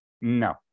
No